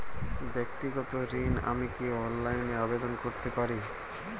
ব্যাক্তিগত ঋণ আমি কি অনলাইন এ আবেদন করতে পারি?